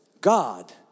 God